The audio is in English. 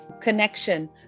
connection